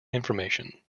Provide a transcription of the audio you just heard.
information